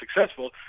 successful